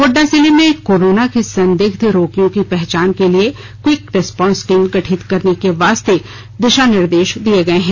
गोड्डा जिले में कोरोना के संदिग्ध रोगियों की पहचान के लिए क्विक रिस्पांस टीम गठित करने के वास्ते दिशा निर्देश दिए गए है